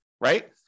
right